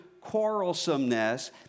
quarrelsomeness